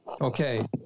Okay